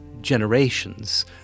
generations